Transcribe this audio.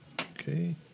okay